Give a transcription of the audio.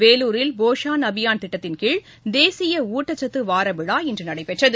வேலூரில் போஷான் அபியான் திட்டத்தின்கீழ் தேசிய ஊட்டசத்து வார விழா இன்று நடைபெற்றது